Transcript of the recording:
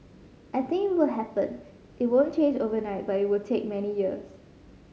I think it would happen it won't change overnight but it would take many years